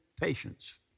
patience